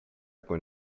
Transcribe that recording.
con